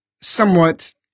somewhat